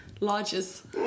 Lodges